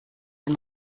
den